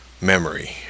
memory